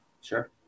Sure